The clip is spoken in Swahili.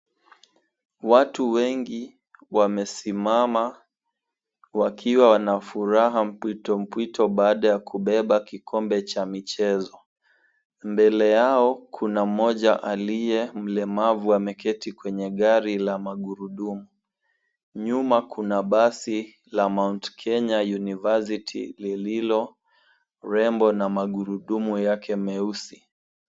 Watu wengi wamesimama wakiwa na furaha mpwito mpwito baada ya kubeba kikombe cha michezo. Mbele yao, kuna mmoja aliye mlemavu ameketi kwenye gari la magurudumu. Nyuma kuna basi la Mt. Kenya University lililo rembo na magurudumu yake nyeusi.